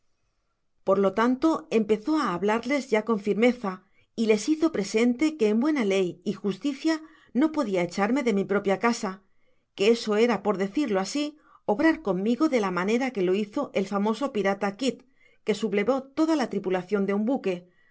por lo tanto empezó á hablarles ya con firmeza y les hizo presente que en buena ley y justicia no podia echarme de mi propia casa que eso era por decirlo asi obrar conmigo de la manera que lo hizo el famoso pirata kidd que sublevó toda la tripulacion de un buque